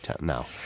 now